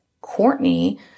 Courtney